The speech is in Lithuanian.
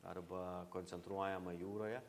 arba koncentruojama jūroje